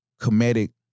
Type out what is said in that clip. comedic